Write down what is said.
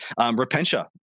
Repentia